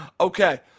okay